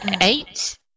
eight